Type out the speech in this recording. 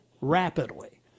rapidly